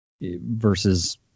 versus